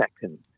seconds